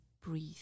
breathe